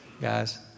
Guys